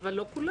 אבל לא כולם.